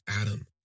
Adam